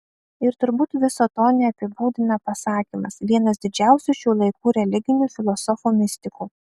ir turbūt viso to neapibūdina pasakymas vienas didžiausių šių laikų religinių filosofų mistikų